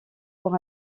pour